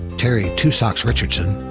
terry two socks richardson,